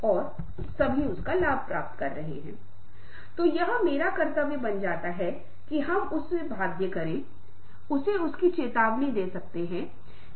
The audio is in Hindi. और नैतिकता कोई ऐसी चीज नहीं है जिसे सिखाया जा सकता है हम आपको मना सकते हैं हम आपको समझाने की कोशिश कर सकते हैं कि यह बहुत महत्वपूर्ण है